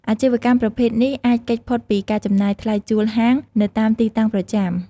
អាជីវកម្មប្រភេទនេះ អាចគេចផុតពីការចំណាយថ្លៃឈ្នួលហាងនៅតាមទីតាំងប្រចាំ។